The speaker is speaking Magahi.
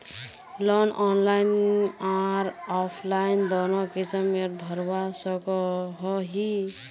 लोन ऑनलाइन आर ऑफलाइन दोनों किसम के भरवा सकोहो ही?